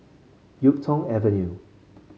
YuK Tong Avenue